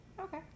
okay